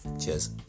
Cheers